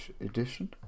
edition